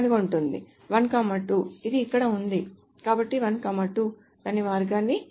1 2 ఇది ఇక్కడ ఉంది కాబట్టి 1 2 దాని మార్గాన్ని కనుగొనలేదు